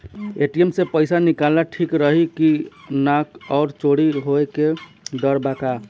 ATM से पईसा निकालल ठीक रही की ना और चोरी होये के डर बा का?